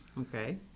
Okay